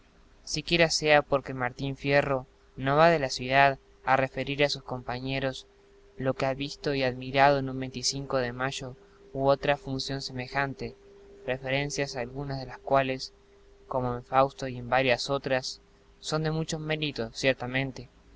siquiera sea porque martín fierro no va de la ciudad a referir a sus compañeros lo que ha visto y admirado en un de mayo u otra función semejante referencias algunas de las cuales como en fausto y varias otras son de mucho mérito ciertamente